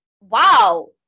wow